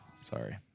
Sorry